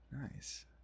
Nice